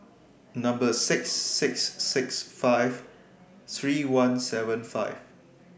six six six five three one seven five